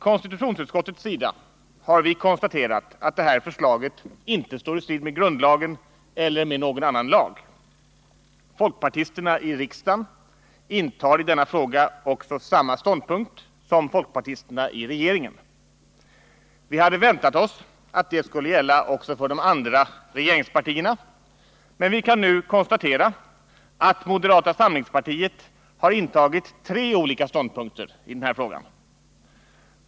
Konstitutionsutskottet har konstaterat att det här förslaget inte står i strid med grundlagen eller med någon annan lag. Folkpartisterna i riksdagen intar i denna fråga också samma ståndpunkt som folkpartisterna i regeringen. Vi hade väntat oss att det skulle gälla också för de andra regeringspartierna. Men vi kan nu konstatera att moderata samlingspartiet har intagit tre olika ståndpunkter i den här frågan.